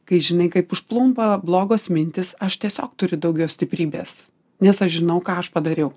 kai žinai kaip užplumpa blogos mintys aš tiesiog turi daugiau stiprybės nes aš žinau ką aš padariau